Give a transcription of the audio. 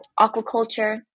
aquaculture